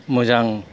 मोजां